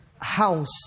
house